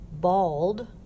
Bald